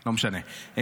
לא משנה.